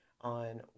on